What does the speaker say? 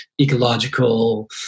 ecological